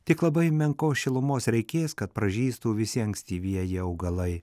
tik labai menkos šilumos reikės kad pražystų visi ankstyvieji augalai